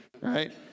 right